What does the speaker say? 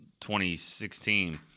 2016